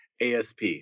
ASP